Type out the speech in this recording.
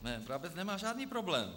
Ne, Brabec nemá žádný problém.